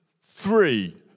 three